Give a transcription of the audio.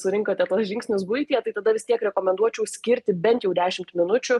surinkote tuos žingsnius buityje tai tada vis tiek rekomenduočiau skirti bent jau dešimt minučių